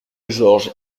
georges